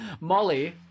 Molly